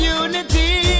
unity